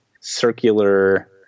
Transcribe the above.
circular